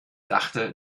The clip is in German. dachte